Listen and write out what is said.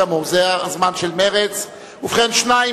עוברים להצעת חוק בקריאה שנייה ושלישית שיש לה מסתייגים,